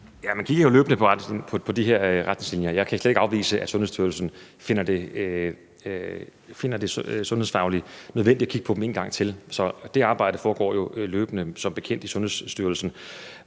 Man kigger jo løbende på de her retningslinjer; jeg kan slet ikke afvise, at Sundhedsstyrelsen finder det sundhedsfagligt nødvendigt at kigge på dem en gang til. Så det arbejde foregår jo løbende – som bekendt – i Sundhedsstyrelsen.